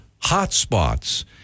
hotspots